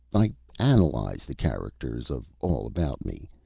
i analyze the characters of all about me,